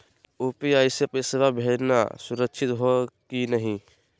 UPI स पैसवा भेजना सुरक्षित हो की नाहीं?